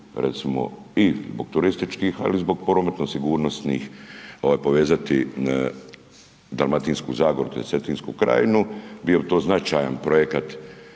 recimo i zbog turističkih, ali i zbog prometno sigurnosnih povezati Dalmatinsku zagoru tj. Cetinsku krajinu. Bio bi to značajan projekat